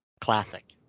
classic